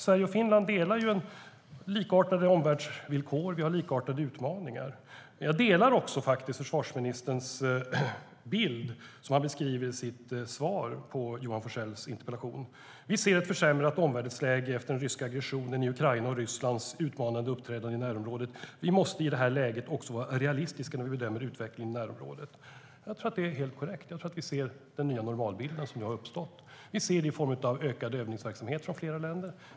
Sverige och Finland har ju likartade omvärldsvillkor och likartade utmaningar. Jag delar försvarsministerns bild som han beskriver i sitt svar på Johan Forssells interpellation, att vi ser ett försämrat omvärldsläge efter den ryska aggressionen i Ukraina och Rysslands utmanande uppträdande i närområdet och att vi i det här läget måste vara realistiska när vi bedömer utvecklingen i närområdet. Jag tror att det är helt korrekt att det är den nya normalbild som har uppstått. Vi ser det i form av ökad övningsverksamhet från flera länder.